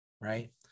right